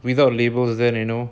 without label to them you know